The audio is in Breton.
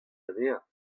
anezhañ